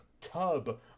tub